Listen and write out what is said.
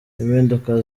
impinduka